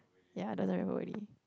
ya doesn't remember already